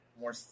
More